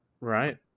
right